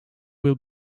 will